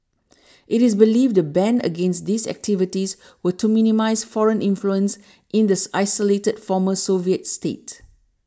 it is believed the ban against these activities were to minimise foreign influence in this isolated former Soviet state